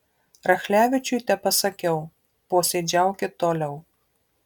rachlevičiui tepasakiau posėdžiaukit toliau